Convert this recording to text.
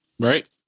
Right